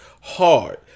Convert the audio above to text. hard